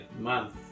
Month